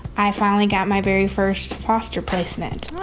i finally got my very first foster placement.